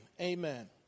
Amen